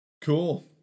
Cool